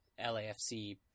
LAFC